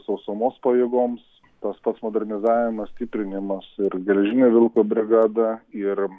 sausumos pajėgoms tas pats modernizavimas stiprinimas ir geležinio vilko brigada ir